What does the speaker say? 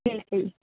ਠੀਕ ਹੈ ਜੀ